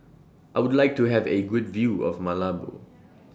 I Would like to Have A Good View of Malabo